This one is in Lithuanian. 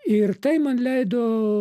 ir tai man leido